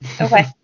Okay